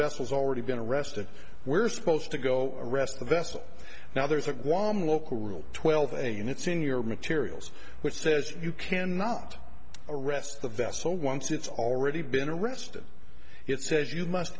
vessels already been arrested were supposed to go arrest the vessel now there's a guam local rule twelve eighteen it's in your materials which says you cannot arrest the vessel once it's already been arrested it says you must